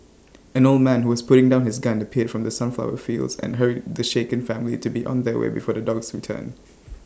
an old man who was putting down his gun appeared from the sunflower fields and hurried the shaken family to be on their way before the dogs return